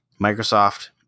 Microsoft